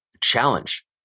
challenge